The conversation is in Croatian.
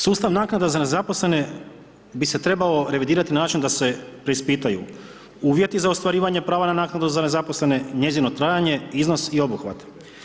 Sustav naknada za nezaposlene bi se trebao revidirati na način da se preispitaju uvjeti za ostvarivanje prava na naknadu za nezaposlene, njezino trajanje, iznos i obuhvat.